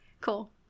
Cool